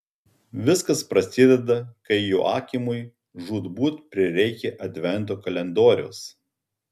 viskas prasideda kai joakimui žūtbūt prireikia advento kalendoriaus